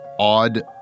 odd